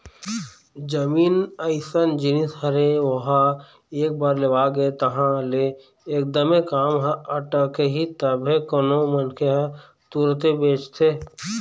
जमीन अइसन जिनिस हरे ओहा एक बार लेवा गे तहाँ ले एकदमे काम ह अटकही तभे कोनो मनखे ह तुरते बेचथे